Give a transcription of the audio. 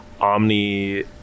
omni